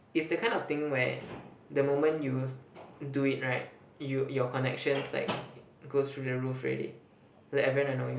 is the kind of thing where the moment you'll do it right you your connections like goes through the roof already like everyone will know you